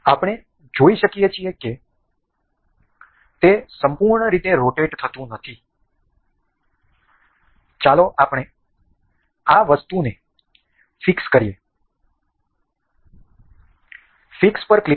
આપણે જોઈ શકીએ છીએ કે તે સંપૂર્ણ રીતે રોટેટ થતું નથી ચાલો આપણે આ વસ્તુને ફિક્સ કરીએ ફિક્સ પર ક્લિક કરો